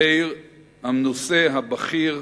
מאיר המנוסה, הבכיר,